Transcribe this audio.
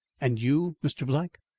and you, mr. black?